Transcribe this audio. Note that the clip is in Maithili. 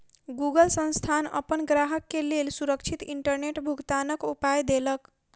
गूगल संस्थान अपन ग्राहक के लेल सुरक्षित इंटरनेट भुगतनाक उपाय देलक